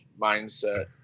mindset